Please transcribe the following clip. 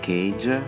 Cage